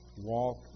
walk